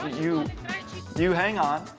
ah you you hang on.